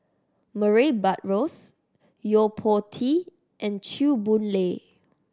Murray Buttrose Yo Po Tee and Chew Boon Lay